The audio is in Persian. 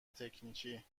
تکنیکی